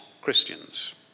Christians